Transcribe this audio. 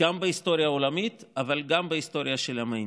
גם בהיסטוריה העולמית אבל גם בהיסטוריה של עמנו,